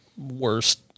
worst